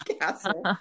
castle